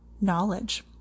knowledge